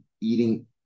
eating